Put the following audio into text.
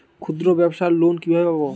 ক্ষুদ্রব্যাবসার লোন কিভাবে পাব?